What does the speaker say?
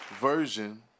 version